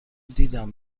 دیدم